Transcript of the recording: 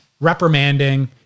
reprimanding